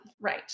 Right